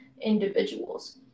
individuals